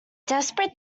desperate